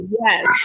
Yes